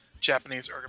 Japanese